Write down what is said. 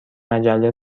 مجله